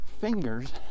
fingers